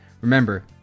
Remember